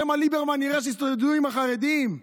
שמא ליברמן יראה שהסתודדו עם החרדים.